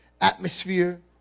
atmosphere